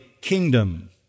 kingdom